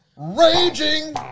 Raging